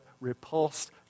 repulsed